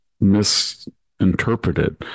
misinterpreted